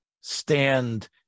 stand